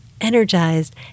energized